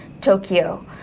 Tokyo